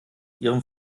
ihrem